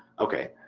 okay,